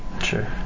Sure